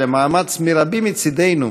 ולמאמץ מרבי מצדנו,